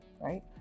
right